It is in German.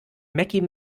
meckie